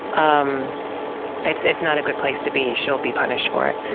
um it's it's not a good place to be. she'll be punished for it.